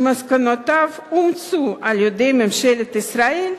שמסקנותיו אומצו על-ידי ממשלת ישראל,